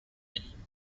name